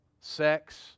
sex